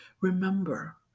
Remember